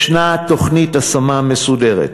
ישנה תוכנית השמה מסודרת.